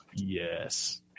yes